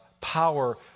power